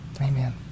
Amen